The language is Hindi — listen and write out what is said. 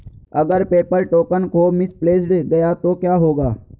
अगर पेपर टोकन खो मिसप्लेस्ड गया तो क्या होगा?